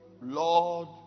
Lord